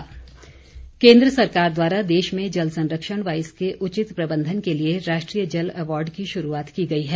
जल संरक्षण केन्द्र सरकार द्वारा देश में जल संरक्षण व इसके उचित प्रबंधन के लिए राष्ट्रीय जल अवार्ड की शुरूआत की गई है